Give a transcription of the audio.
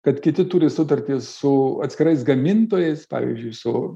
kad kiti turi sutartį su atskirais gamintojais pavyzdžiui su